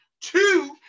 two